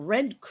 Red